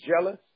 jealous